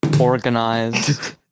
Organized